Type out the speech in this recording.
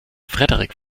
frederik